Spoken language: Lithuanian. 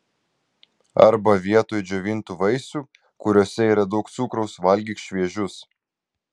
arba vietoj džiovintų vaisių kuriuose yra daug cukraus valgyk šviežius